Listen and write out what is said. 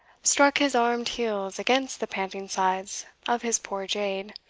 struck his armed heels against the panting sides of his poor jade,